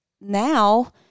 now